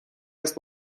است